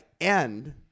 end